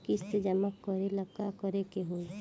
किस्त जमा करे ला का करे के होई?